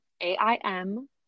A-I-M